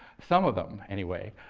some of them anyway,